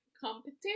competition